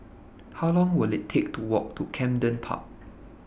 How Long Will IT Take to Walk to Camden Park